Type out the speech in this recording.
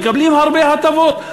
מקבלים הרבה הטבות.